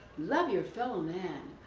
love your fellow man.